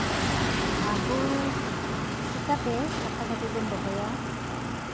ᱟᱵᱚ ᱪᱤᱠᱟᱹᱛᱮ ᱥᱟᱯᱷᱟ ᱥᱟᱯᱷᱤ ᱵᱚᱱ ᱫᱚᱦᱚᱭᱟ